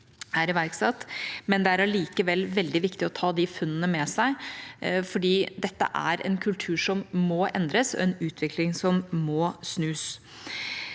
men det er likevel veldig viktig å ta de funnene med seg, fordi dette er en kultur som må endres, og en utvikling som må snus.